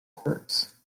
quirks